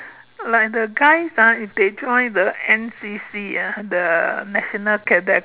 like the guys ah if they join the N_C_C ah the national cadet